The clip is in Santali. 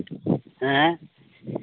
ᱦᱮᱸ